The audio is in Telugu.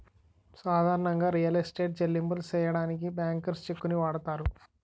సాధారణంగా రియల్ ఎస్టేట్ చెల్లింపులు సెయ్యడానికి బ్యాంకర్స్ చెక్కుని వాడతారు